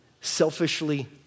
selfishly